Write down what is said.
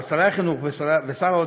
לשרי החינוך והאוצר,